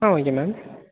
ah okay ma'am